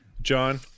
John